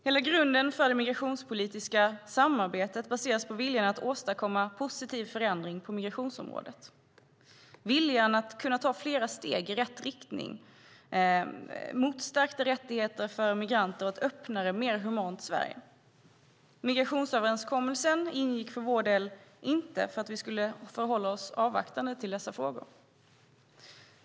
Hela grunden för det migrationspolitiska samarbetet baseras på viljan att åstadkomma en positiv förändring på migrationsområdet, viljan att kunna ta fler steg i rätt riktning, mot stärkta rättigheter för migranter och ett öppnare och mer humant Sverige. I migrationsöverenskommelsen ingick för vår del inte att vi skulle hålla oss avvaktande till dessa frågor.